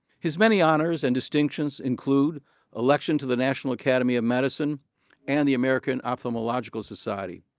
his many honors and distinctions include election to the national academy of medicine and the american ophthalmological society.